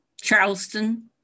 Charleston